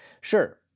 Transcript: Sure